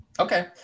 okay